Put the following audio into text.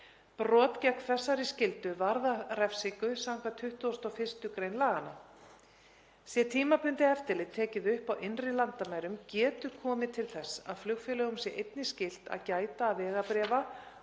Brot gegn þessari skyldu varðar refsingu samkvæmt 21. gr. laganna. Sé tímabundið eftirlit tekið upp á innri landamærum getur komið til þess að flugfélögum sé einnig skylt að gæta að vegabréfa-